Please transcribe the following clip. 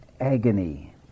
Agony